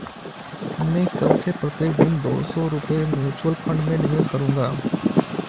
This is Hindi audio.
मैं कल से प्रत्येक दिन दो सौ रुपए म्यूचुअल फ़ंड में निवेश करूंगा